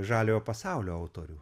žaliojo pasaulio autorių